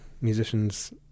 musicians